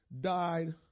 died